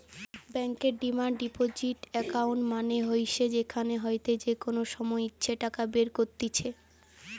বেঙ্কর demand deposit account মানে হইসে যেখান হইতে যে কোনো সময় ইচ্ছে টাকা বের কত্তিছে